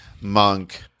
monk